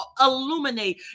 illuminate